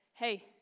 Hey